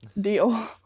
deal